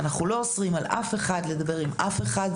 אנחנו לא אוסרים על אף אחד לדבר עם אף אחד,